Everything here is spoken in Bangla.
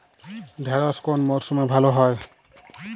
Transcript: ঢেঁড়শ কোন মরশুমে ভালো হয়?